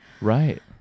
right